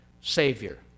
Savior